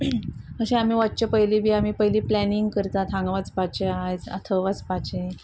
अशे आमी वच्चे पयलीं बी आमी पयलीं प्लेनिंग करतात हांगा वचपाचे आयज थंय वचपाचे